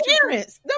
parents